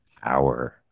power